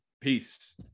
peace